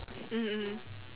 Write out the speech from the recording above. mm mm